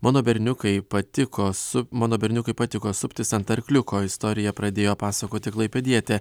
mano berniukai patiko su mano berniukui patiko suptis ant arkliuko istorija pradėjo pasakoti klaipėdietė